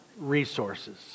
resources